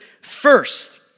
first